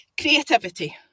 creativity